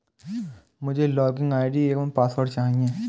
मुझें login ID एवं password चाहिए